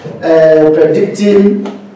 predicting